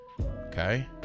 Okay